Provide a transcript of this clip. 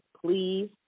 please